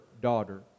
daughter